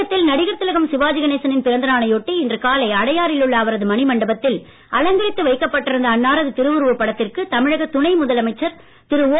தமிழகத்தில் நடிகர் திலகம் சிவாஜி கணேசனின் பிறந்த நாளை ஒட்டி இன்று காலை அடையாறிலுள்ள அவரது மணிமண்டபத்தில் அலங்கரித்து வைக்கப்பட்டிருந்த அன்னாரது திருவுருவப்படத்திற்கு தமிழக துணை முதலமைச்சர் திரு ஓ